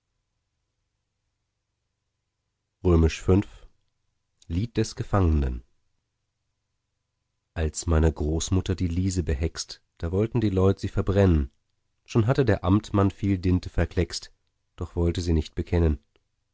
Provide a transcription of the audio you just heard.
v lied des gefangenen als meine großmutter die lise behext da wollten die leut sie verbrennen schon hatte der amtmann viel tinte verkleckst doch wollte sie nicht bekennen